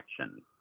action